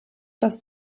das